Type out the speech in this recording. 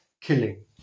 killing